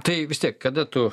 tai vis tiek kada tu